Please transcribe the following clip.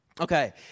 Okay